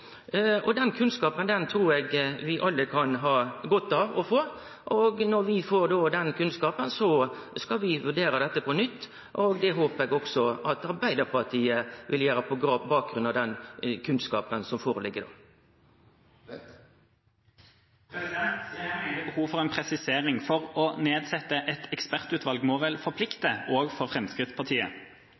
Den kunnskapen trur eg vi alle kan ha godt av å få, og når vi får den kunnskapen, skal vi vurdere dette på nytt. Eg håpar at Arbeidarpartiet også vil gjere det på bakgrunn av den kunnskapen som då vil liggje føre. Her mener jeg det er behov for en presisering. Å nedsette et ekspertutvalg må vel forplikte – også for Fremskrittspartiet.